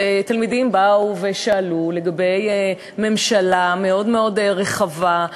שתלמידים באו ושאלו על ממשלה מאוד מאוד רחבה,